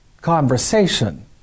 conversation